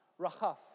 rachaf